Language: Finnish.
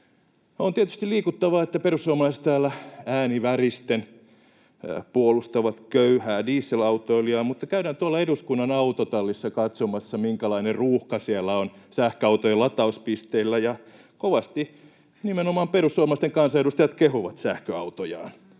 On tietysti liikuttavaa, että perussuomalaiset täällä ääni väristen puolustavat köyhää dieselautoilijaa, mutta käydään tuolla eduskunnan autotallissa katsomassa, minkälainen ruuhka siellä on sähköautojen latauspisteillä. Kovasti nimenomaan perussuomalaisten kansanedustajat kehuvat sähköautojaan,